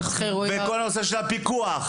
ואת כל נושא הפיקוח,